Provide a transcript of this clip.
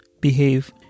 behave